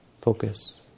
focus